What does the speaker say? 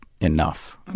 enough